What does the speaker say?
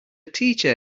teacher